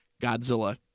Godzilla